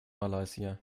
malaysia